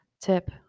tip